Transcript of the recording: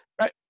right